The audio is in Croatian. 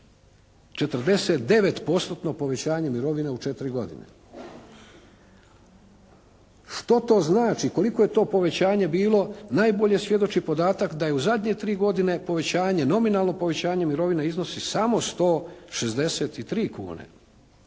povećanje mirovina u 4 godine. Što to znači? Koliko je to povećanje bilo? Najbolje svjedoči podatak da je u zadnje tri godine povećanje, nominalno povećanja mirovina iznosi samo 163,00 kune.